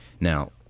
Now